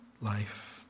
life